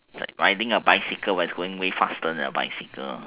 like riding a bicycle when it's going way faster than a bicycle